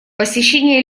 посещения